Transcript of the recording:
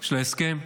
של ההסכם,